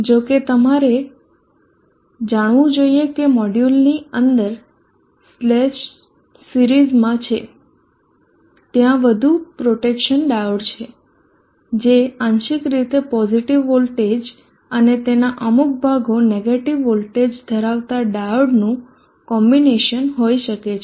જો કે તમારે જાણવું જોઈએ કે મોડ્યુલની અંદર સેલ્સ સિરીઝમાં છે ત્યાં વધુ પ્રોટેક્શન ડાયોડ છે જે આંશિક રીતે પોઝીટીવ વોલ્ટેજ અને તેના અમુક ભાગો નેગેટીવ વોલ્ટેજ ધરાવતા ડાયોડનું કોમ્બિનેશન હોઈ શકે છે